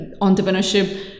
entrepreneurship